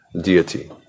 deity